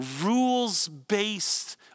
rules-based